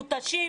מותשים,